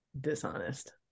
dishonest